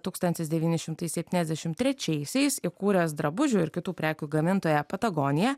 tūkstantis devyni šimtai septyniasdešim trečiaisiais įkūręs drabužių ir kitų prekių gamintoją patagoniją